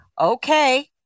okay